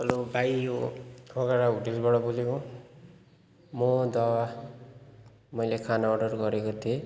hello भाइ यो अलगढा होटलबाट बोलेको हो म दावा मैले खाना अर्डर गरेको थिएँ